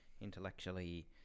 intellectually